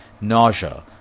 nausea